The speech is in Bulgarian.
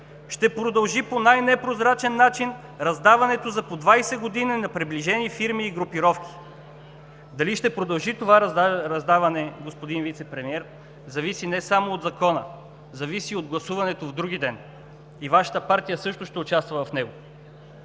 „Ще продължи по най-непрозрачен начин раздаването за по 20 години на приближени фирми и групировки“. Дали ще продължи това раздаване, господин Вицепремиер, зависи не само от Закона, зависи и от гласуването другиден и Вашата партия също ще участва в него?